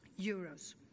euros